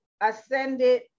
ascended